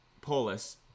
polis